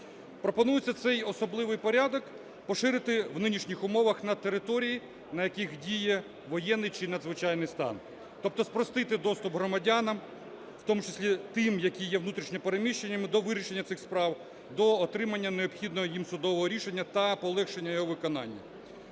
Пропонується цей особливий порядок поширити в нинішніх умовах на території, на яких дії воєнний чи надзвичайний стан, тобто спростити доступ громадянам, в тому числі тим, які є внутрішньо переміщеними, до вирішення цих справ, до отримання необхідного їм судового рішення та полегшення його виконання.